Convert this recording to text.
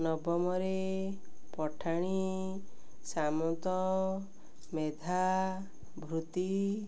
ନବମରେ ପଠାଣି ସାମନ୍ତ ମେଧାବୃତ୍ତି